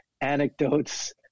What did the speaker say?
anecdotes